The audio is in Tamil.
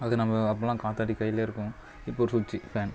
அது நம்ப அப்போதெலாம் காத்தாடி கையில் இருக்கும் இப்போ சுச்சு ஃபேன்